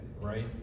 right